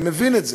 אני מבין את זה,